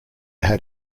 had